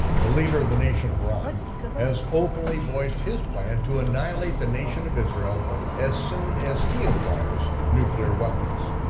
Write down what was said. the leader of the nation of iran has openly voiced his plan to annihilate the nation of israel as soon as he acquires nuclear weapons.